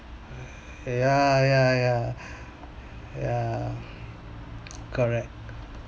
ya ya ya ya correct